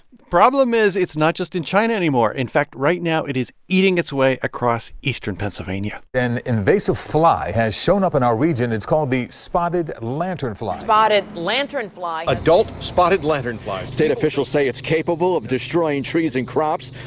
problem is, it's not just in china anymore. in fact, right now it is eating its way across eastern pennsylvania an invasive fly has shown up in our region. it's called the spotted lanternfly spotted lanternfly. adult spotted lanternfly. state officials say it's capable of destroying trees and crops,